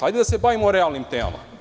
Hajde da se bavimo realnim temama.